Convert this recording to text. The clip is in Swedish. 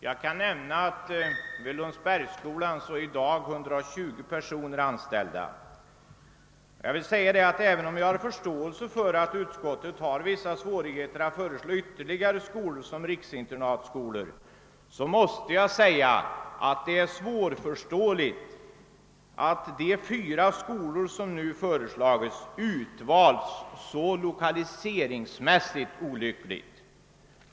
Jag kan nämna att 120 personer i dag är anställda vid Lundsbergsskolan. Även om jag har förståelse för att utskottet har vissa svårigheter att föreslå ytterligare skolor som riksinternatskolor, måste jag säga att det är svårbegripligt att de fyra skolor som nu föreslagits utvalts så olyckligt, lokaliseringsmässigt sett.